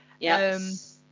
Yes